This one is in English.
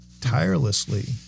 tirelessly